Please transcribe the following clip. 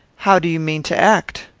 how do you mean to act?